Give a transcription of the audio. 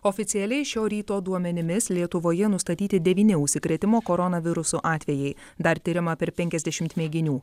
oficialiai šio ryto duomenimis lietuvoje nustatyti devyni užsikrėtimo koronavirusu atvejai dar tiriama per penkiasdešimt mėginių